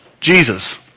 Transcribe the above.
Jesus